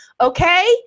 okay